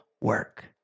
work